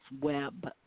Web